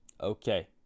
okay